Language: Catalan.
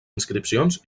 inscripcions